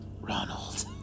Ronald